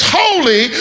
holy